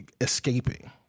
escaping